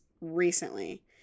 recently